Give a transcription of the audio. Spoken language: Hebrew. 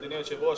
אדוני היושב-ראש,